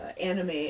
anime